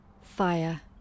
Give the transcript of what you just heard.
fire